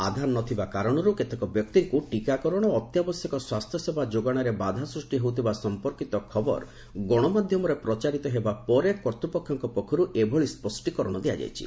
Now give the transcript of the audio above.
ଆଧାର ନ ଥିବା କାରଣରୁ କେତେକ ବ୍ୟକ୍ତିଙ୍କୁ ଟିକାକରଣ ଓ ଅତ୍ୟାବଶ୍ୟକ ସ୍ୱାସ୍ଥ୍ୟସେବା ଯୋଗାଣରେ ବାଧା ସୃଷ୍ଟି ହେଉଥିବେଳ ସମ୍ପର୍କିତ ଖବର ଗଣମାଧ୍ୟମରେ ପ୍ରଚାରିତ ହେବା ପରେ କର୍ତ୍ତ୍ୱପକ୍ଷଙ୍କ ପକ୍ଷରୁ ଏଭଳି ସ୍ୱଷ୍ଠୀକରଣ ଦିଆଯାଇଛି